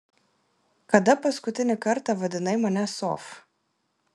kada paskutinį kartą vadinai mane sof